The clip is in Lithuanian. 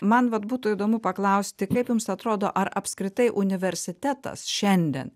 man vat būtų įdomu paklausti kaip jums atrodo ar apskritai universitetas šiandien